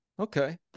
Okay